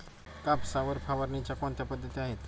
कापसावर फवारणीच्या कोणत्या पद्धती आहेत?